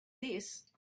this